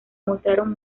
mostraron